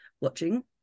watching